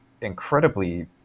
incredibly